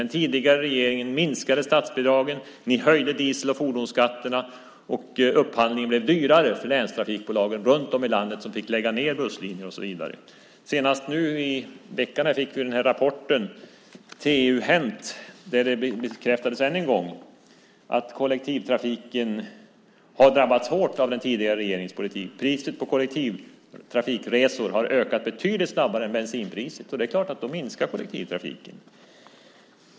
Den tidigare regeringen minskade statsbidragen. Ni höjde diesel och fordonsskatterna, och upphandlingen blev dyrare för länstrafikbolagen runt om i landet så att man fick lägga ned busslinjer och så vidare. Senast nu i veckan fick vi rapporten TU-Hänt , där det än en gång bekräftades att kollektivtrafiken har drabbats hårt av den tidigare regeringens politik. Priset på kollektivtrafikresor har ökat betydligt snabbare än bensinpriset, och det är klart: Då minskar kollektivtrafiken.